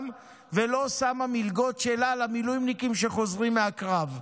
ולא שמה מלגות שלה למילואימניקים שחוזרים מהקרב?